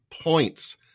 points